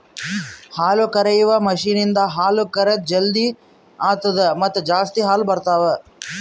ಹಾಲುಕರೆಯುವ ಮಷೀನ್ ಇಂದ ಹಾಲು ಕರೆದ್ ಜಲ್ದಿ ಆತ್ತುದ ಮತ್ತ ಜಾಸ್ತಿ ಹಾಲು ಬರ್ತಾವ